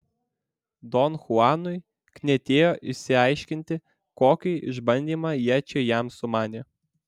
don chuanui knietėjo išsiaiškinti kokį išbandymą jie čia jam sumanė